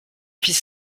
fils